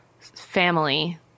family